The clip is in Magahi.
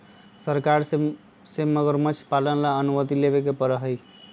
सरकार से मगरमच्छ पालन ला अनुमति लेवे पडड़ा हई